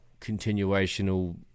continuational